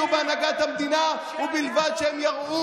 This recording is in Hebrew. ובלבד שהם יהיו בהנהגת המדינה ובלבד שהם יראו